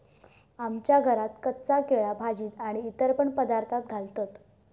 आमच्या घरात कच्चा केळा भाजीत आणि इतर पण पदार्थांत घालतत